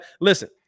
Listen